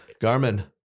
Garmin